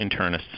internists